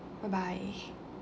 bye bye